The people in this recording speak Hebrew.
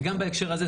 וגם בהקשר הזה,